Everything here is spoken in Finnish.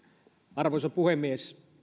arvoisa puhemies